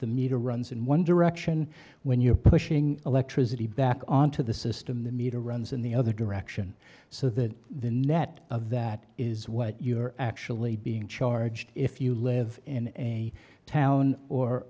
the meter runs in one direction when you're pushing electricity back on to the system the meter runs in the other direction so that the net of that is what you're actually being charged if you live in a town or